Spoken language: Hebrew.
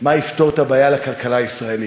מה יפתור את הבעיה לכלכלה הישראלית,